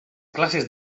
classes